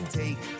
take